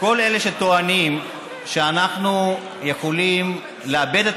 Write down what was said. כל אלה שטוענים שאנחנו יכולים לאבד את